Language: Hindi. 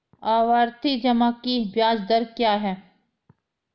आवर्ती जमा की ब्याज दर क्या है?